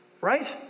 Right